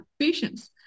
patients